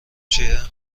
چیه